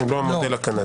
לא.